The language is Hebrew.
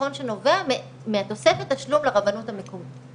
חיסכון שנובע מתוספת תשלום לרבנות המקומית.